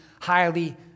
highly